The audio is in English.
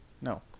No